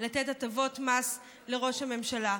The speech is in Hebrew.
לתת הטבות מס לראש הממשלה.